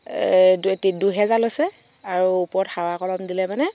দুই হেজাৰ লৈছে আৰু ওপৰত সাৰৰ কলম দিলে মানে